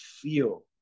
feel